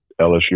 LSU